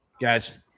guys